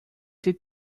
did